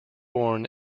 born